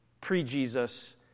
pre-Jesus